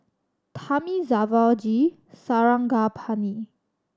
Thamizhavel G Sarangapani